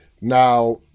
now